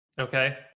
okay